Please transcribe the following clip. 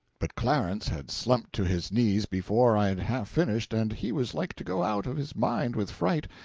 but clarence had slumped to his knees before i had half finished, and he was like to go out of his mind with fright.